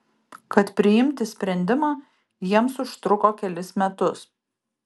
kad priimti sprendimą jiems užtruko kelis metus